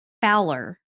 Fowler